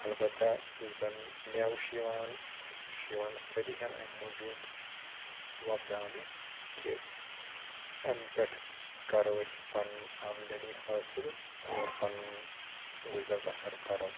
البتہ یُس زَن مٮ۪وٕ چھُ یِوان سُہ چھُ یِوان سٲری ہن اَمہِ موٗجوٗب وۄپداونہٕ کہِ اَمہِ پٮ۪ٹھ کَرو أسۍ پَنُن آمدٔنی حٲصِل اور پَنُن گُزَر بَسَر کَرو